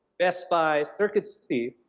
best buy, circuit city,